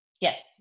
Yes